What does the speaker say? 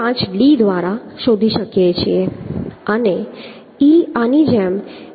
5 d દ્વારા શોધી શકીએ છીએ અને e આની જેમ 1